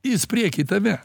jis prieky tave